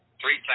Three